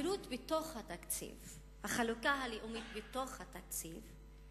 הפירוט בתוך התקציב, החלוקה הלאומית בתוך התקציב.